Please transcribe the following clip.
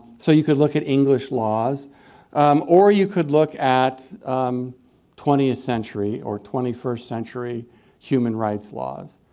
so you could look at english laws um or you could look at twentieth century or twenty first century human rights laws.